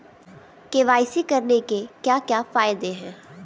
KYC करने के क्या क्या फायदे हैं?